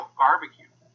barbecue